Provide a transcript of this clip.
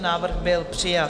Návrh byl přijat.